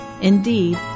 Indeed